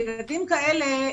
ילדים כאלה,